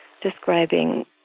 describing